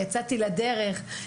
יצאתי לדרך,